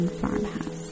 farmhouse